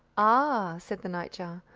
ah! said the nightjar,